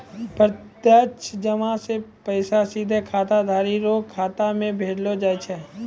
प्रत्यक्ष जमा से पैसा सीधे खाताधारी रो खाता मे भेजलो जाय छै